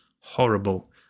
horrible